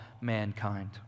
mankind